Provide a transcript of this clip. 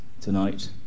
tonight